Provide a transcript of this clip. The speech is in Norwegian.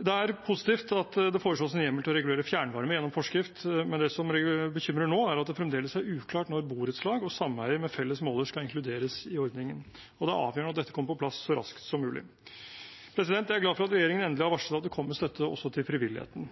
Det er positivt at det foreslås en hjemmel til å regulere fjernvarme gjennom forskrift, men det som bekymrer nå, er at det fremdeles er uklart når borettslag og sameier med felles måler skal inkluderes i ordningen. Det er avgjørende at dette kommer på plass så raskt som mulig. Jeg er glad for at regjeringen endelig har varslet at det kommer støtte også til frivilligheten.